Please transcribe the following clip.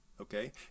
okay